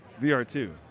VR2